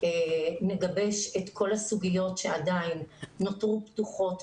נגבש את כל הסוגיות שעדיין נותרו פתוחות.